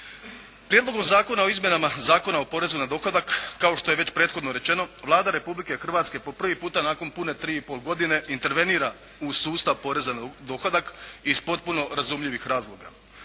Prijedlogom zakona o izmjenama Zakona o porezu na dohodak kao što je već prethodno rečeno Vlada Republike Hrvatske po prvi puta nakon pune tri i pol godine intervenira u sustav poreza na dohodak iz potpuno razumljivih razloga.